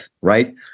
right